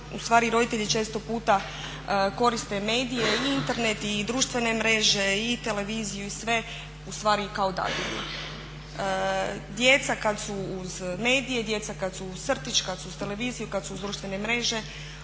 u stvari roditelji često puta koriste medije i Internet i društvene mreže i televiziju i sve u stvari kao dadilju. Djeca kad su uz medije, djeca kad su uz crtić, kad su uz televiziju, kad su uz društvene mreže